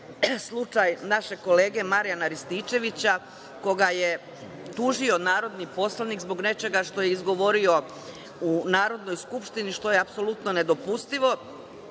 slučaj našeg kolege Marijana Rističevića koga je tužio narodni poslanik zbog nečega što je izgovorio u Narodnoj skupštini, što je apsolutno nedopustivo,